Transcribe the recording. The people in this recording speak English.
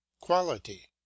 quality